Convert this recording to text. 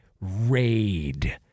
raid